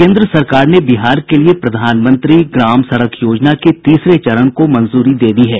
केंद्र सरकार ने बिहार के लिये प्रधानमंत्री ग्राम सड़क योजना के तीसरे चरण को मंजूरी दे दी है